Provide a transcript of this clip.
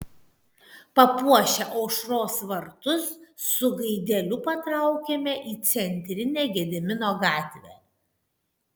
papuošę aušros vartus su gaideliu patraukėme į centrinę gedimino gatvę